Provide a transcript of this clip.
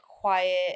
quiet